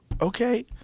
Okay